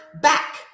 back